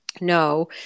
no